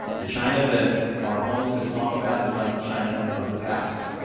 the china that our opponents have talked about is not the china of the past.